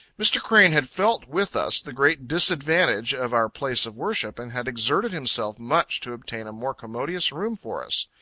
mr. crane had felt, with us, the great disadvantage of our place of worship, and had exerted himself much to obtain a more commodious room for us.